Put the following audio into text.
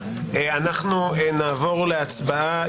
אנחנו נעבור להצבעה.